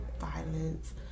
violence